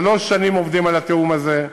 שלוש שנים עובדים על התיאום הזה.